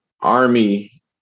army